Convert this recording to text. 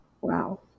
Wow